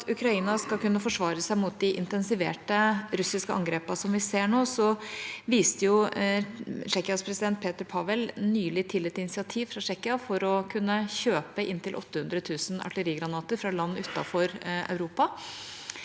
Ukraina skal kunne forsvare seg mot de intensiverte russiske angrepene som vi ser nå, viste Tsjekkias president, Petr Pavel, nylig til et initiativ fra Tsjekkia for å kunne kjøpe inntil 800 000 artillerigranater fra land utenfor Europa.